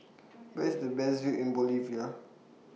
Where IS The Best View in Bolivia